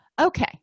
Okay